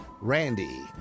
Randy